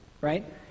right